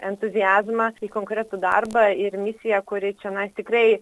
entuziazmą į konkretų darbą ir misiją kuri čionais tikrai